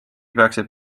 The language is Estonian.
peaksid